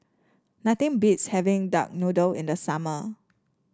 nothing beats having Duck Noodle in the summer